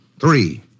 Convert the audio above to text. Three